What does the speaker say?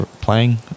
playing